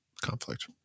Conflict